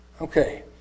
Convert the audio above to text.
Okay